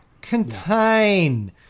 Contain